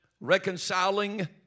Reconciling